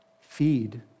Feed